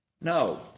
No